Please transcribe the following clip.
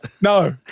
No